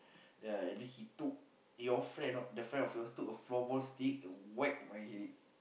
ya and then he took your friend the friend of yours took a floor ball stick and whack my headache